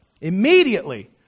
Immediately